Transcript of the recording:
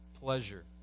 pleasure